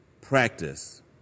practice